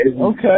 Okay